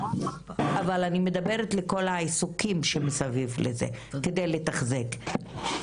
אבל אני מדברת על כל העיסוקים שמסביב לזה כדי לתחזק.